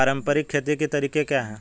पारंपरिक खेती के तरीके क्या हैं?